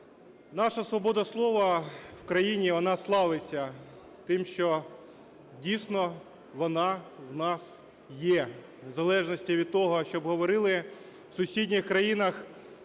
Наша свобода слова в країні, вона славиться тим, що, дійсно, вона в нас є, в незалежності від того, що б говорили. В сусідніх країнах